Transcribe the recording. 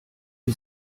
die